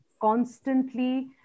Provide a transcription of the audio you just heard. constantly